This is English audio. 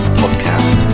podcast